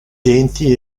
denti